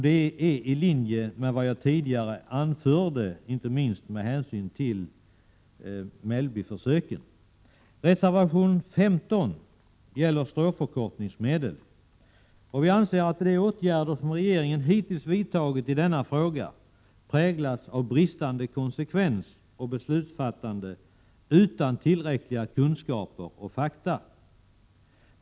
Det är i linje med vad jag tidigare anförde, inte minst med hänsyn till Mellbyförsöket. Reservation 15 gäller stråförkortningsmedel. Vi anser att de åtgärder som regeringen hittills vidtagit i denna fråga präglas av bristande konsekvens och beslutsfattande utan tillräckliga kunskaper och fakta.